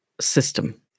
system